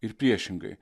ir priešingai